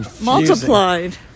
...multiplied